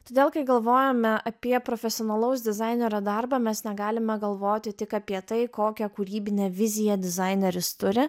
todėl kai galvojame apie profesionalaus dizainerio darbą mes negalime galvoti tik apie tai kokią kūrybinę viziją dizaineris turi